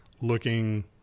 looking